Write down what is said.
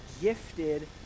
gifted